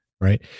right